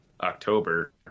October